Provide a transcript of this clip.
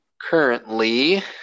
currently